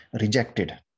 Rejected